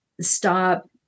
stop